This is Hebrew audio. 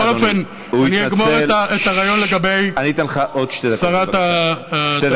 בכל אופן, אני אגמור את הרעיון לגבי שרת התרבות.